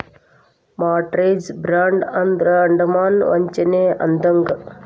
mortgage fraud ಅಂದ್ರ ಅಡಮಾನ ವಂಚನೆ ಅಂದಂಗ